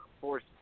force